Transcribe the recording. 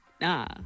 nah